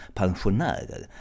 pensionärer